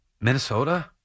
Minnesota